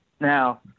Now